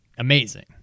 amazing